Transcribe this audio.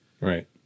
Right